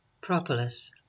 Propolis